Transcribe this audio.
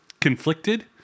conflicted